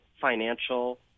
financial